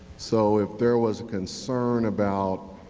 so if there was a concern about